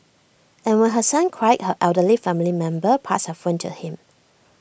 and when her son cried her elderly family member passed her phone to him